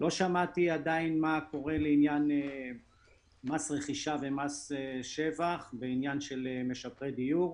לא שמעתי עדיין מה קורה בעניין מס רכישה ומס שבח למשפרי דיור.